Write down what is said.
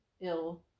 ill